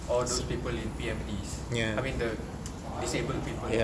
or those people in P_M_D I mean the disabled people